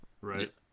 right